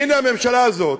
והנה, הממשלה הזאת